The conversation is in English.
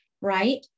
right